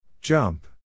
Jump